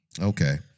Okay